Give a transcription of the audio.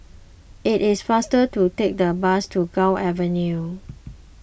it is faster to take the bus to Gul Avenue